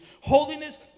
Holiness